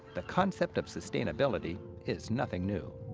the concept of sustainability is nothing new.